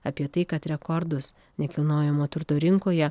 apie tai kad rekordus nekilnojamo turto rinkoje